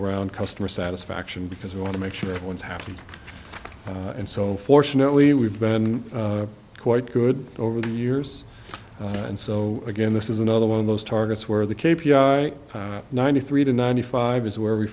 around customer satisfaction because we want to make sure everyone's happy and so unfortunately we've been quite good over the years and so again this is another one of those targets where the cape ninety three to ninety five is where we